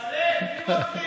תתפלל, מי מפריע לך?